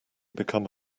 become